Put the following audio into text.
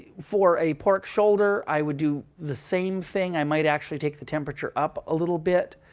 for a pork shoulder, i would do the same thing. i might actually take the temperature up a little bit,